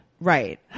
Right